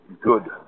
good